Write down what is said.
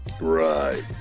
Right